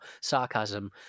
sarcasm